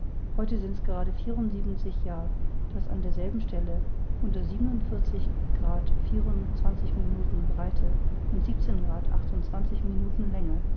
heute sind's gerade vierundsiebenzig jahr daß an derselben stelle unter minuten breite und